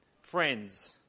friends